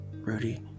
Rudy